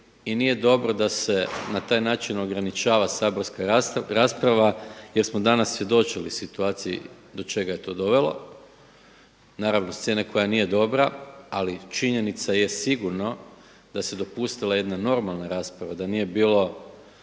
i nije dobro da se na taj način ograničava saborska rasprava jer smo danas svjedočili situaciji do čega je to dovelo. Naravno, scena koja nije dobra ali činjenica je sigurno da se dopustila jedna normalna rasprava, da nije bilo